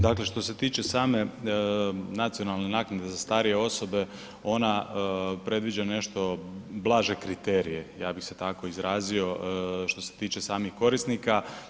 Dakle što se tiče same nacionalne naknade za starije osobe ona predviđa nešto blaže kriterije ja bi se tako izrazio, što se tiče samih korisnika.